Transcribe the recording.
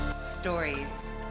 stories